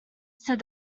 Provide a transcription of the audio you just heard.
said